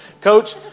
Coach